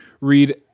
read